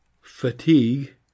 Fatigue